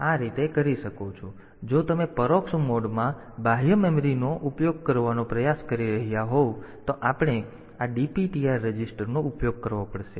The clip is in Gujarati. તેથી જો તમે પરોક્ષ મોડમાં બાહ્ય મેમરીનો ઉપયોગ કરવાનો પ્રયાસ કરી રહ્યાં હોવ તો આપણે આ DPTR રજિસ્ટરનો ઉપયોગ કરવો પડશે